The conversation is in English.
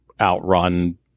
outrun